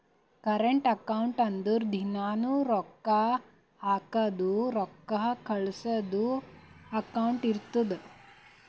current account ಅಂದುರ್ ದಿನಾನೂ ರೊಕ್ಕಾ ಹಾಕದು ರೊಕ್ಕಾ ಕಳ್ಸದು ಅಕೌಂಟ್ ಇರ್ತುದ್